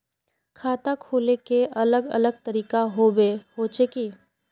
खाता खोले के अलग अलग तरीका होबे होचे की?